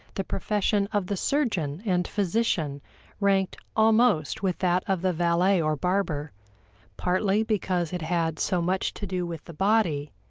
the profession of the surgeon and physician ranked almost with that of the valet or barber partly because it had so much to do with the body,